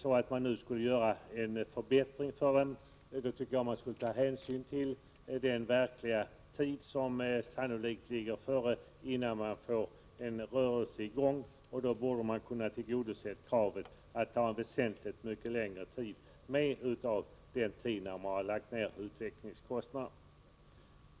Om man nu skulle göra en förbättring för dem, så tycker jag att man skulle ta större hänsyn till den verkliga tid som sannolikt går åt innan de får en rörelse i gång. Då borde man kunna att ta med en väsentligt större del av den tid då de har haft utvecklingskostnader.